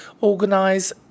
organise